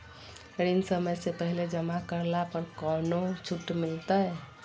ऋण समय से पहले जमा करला पर कौनो छुट मिलतैय?